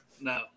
no